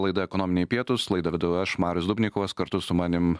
laida ekonominiai pietūs laidą vedu aš marius dubnikovas kartu su manim